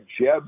Jeb